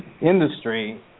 industry